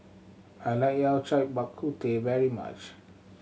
I like Yao Cai Bak Kut Teh very much